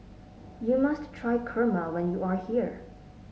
you must try kurma when you are here